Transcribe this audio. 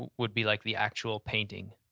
and would be like the actual painting,